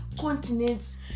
continents